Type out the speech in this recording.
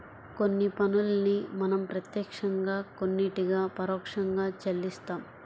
కొన్ని పన్నుల్ని మనం ప్రత్యక్షంగా కొన్నిటిని పరోక్షంగా చెల్లిస్తాం